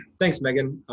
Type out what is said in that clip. thanks, meaghan.